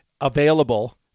available